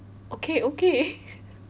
okay okay